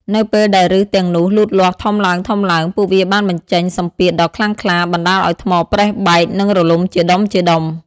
នៅពេលដែលឬសទាំងនោះលូតលាស់ធំឡើងៗ ពួកវាបានបញ្ចេញសម្ពាធដ៏ខ្លាំងក្លា បណ្ដាលឱ្យថ្មប្រេះបែក និងរលំជាដុំៗ។